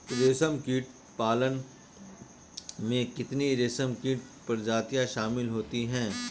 रेशमकीट पालन में कितनी रेशमकीट प्रजातियां शामिल होती हैं?